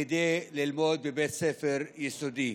כדי ללמוד בבית ספר יסודי,